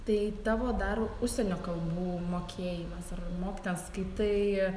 tai tavo dar užsienio kalbų mokėjimas ar moi ten skaitai